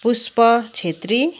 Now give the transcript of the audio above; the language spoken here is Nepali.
पुष्प छेत्री